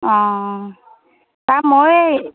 অঁ তাত মই